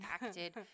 acted